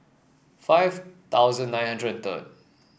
five thousand nine hundred and third